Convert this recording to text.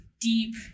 deep